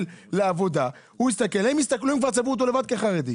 והם צבעו אותו לבד חרדי.